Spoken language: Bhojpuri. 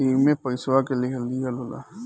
एईमे पइसवो के लेहल दीहल होला